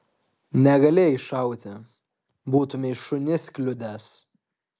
negalėjai šauti būtumei šunis kliudęs